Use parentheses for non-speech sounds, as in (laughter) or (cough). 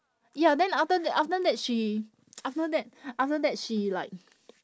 ya then after that after that she (noise) after that after that she like